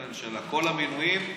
באים לממשלה, כל המינויים בממשלה.